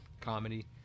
comedy